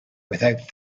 without